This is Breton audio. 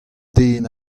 den